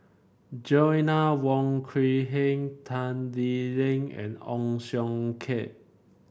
Joanna Wong Quee Heng Tan Lee Leng and Ong Siong Kai